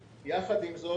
יחד עם זאת,